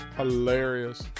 hilarious